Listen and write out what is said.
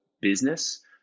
business